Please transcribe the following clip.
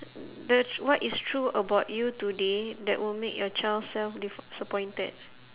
the tr~ what is true about you today that will make your child self disappointed